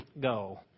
go